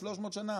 300 שנה,